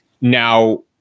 Now